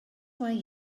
why